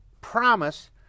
promise